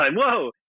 Whoa